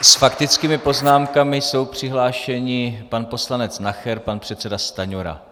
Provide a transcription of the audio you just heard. S faktickými poznámkami jsou přihlášeni pan poslanec Nacher, pan předseda Stanjura.